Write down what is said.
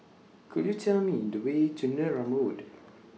Could YOU Tell Me The Way to Neram Road